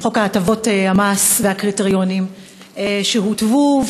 חוק הטבות המס והקריטריונים שהוטבו.